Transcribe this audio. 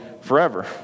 forever